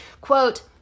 Quote